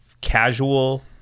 casual